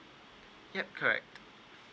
yup correct